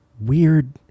weird